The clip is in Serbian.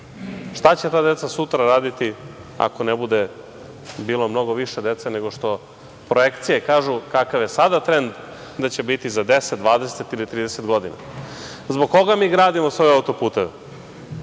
šta će ta deca sutra raditi ako ne bude bilo mnogo više dece nego što projekcije kažu, kakav je sada trend, da će biti za 10, 20 ili 30 godina. Zbog koga mi gradimo sve ove auto-puteve?